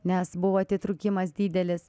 nes buvo atitrūkimas didelis